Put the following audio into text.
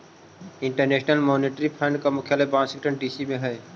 international monetary fund के मुख्यालय Washington DC में हई